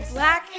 Black